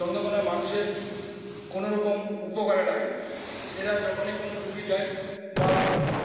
চন্দ্রকোনা মানুষের কোনোরকম উপকারে লাগে না এরা যখনই কোনো রুগী যায় বা